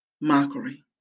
Mockery